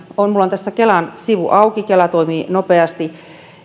on tässä kelan sivu auki kela toimii nopeasti